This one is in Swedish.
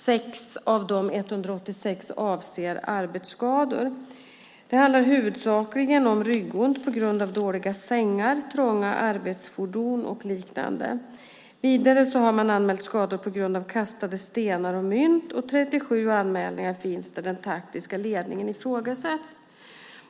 6 av de 186 avser arbetsskador. Det handlar huvudsakligen om ryggont på grund av dåliga sängar, trånga arbetsfordon och liknande. Vidare har man anmält skador på grund av kastade stenar och mynt, och 37 anmälningar finns där den taktiska ledningen ifrågasätts.